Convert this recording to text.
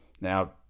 Now